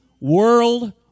World